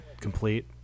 complete